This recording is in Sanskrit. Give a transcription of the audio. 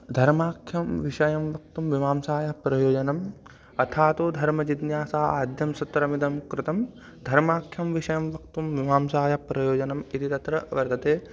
धर्माख्यं विषयं वक्तुं मीमांसायाः प्रयोजनम् अथा तु धर्मजिज्ञासा आद्यं सूत्रमिदं कृतं धर्माख्यं विषयं वक्तुं मीमांसायाः प्रयोजनम् इति तत्र वर्तते